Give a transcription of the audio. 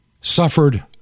suffered